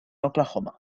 oklahoma